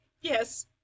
Yes